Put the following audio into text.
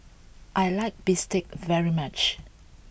I like Bistake very much